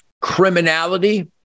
criminality